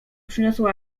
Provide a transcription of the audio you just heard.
przyniosło